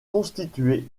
constitués